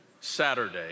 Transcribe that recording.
Saturday